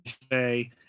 today